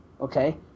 Okay